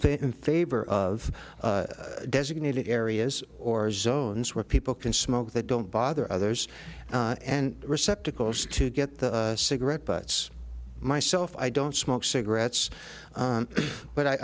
fit in favor of designated areas or zones where people can smoke they don't bother others and receptacles to get the cigarette butts myself i don't smoke cigarettes but i